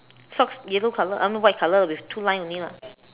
socks yellow color uh no white color with two line only lah